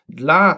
dla